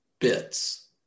bits